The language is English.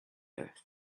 earth